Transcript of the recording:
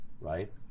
right